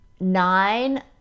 nine